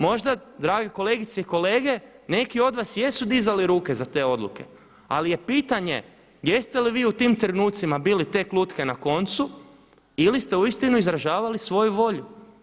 Možda, drage kolegice i kolege, neki od vas jesu dizali ruke za te odluke ali je pitanje jeste li vi u tim trenucima bili tek lutke na koncu ili ste uistinu izražavali svoju volju.